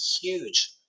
huge